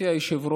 ו-2110.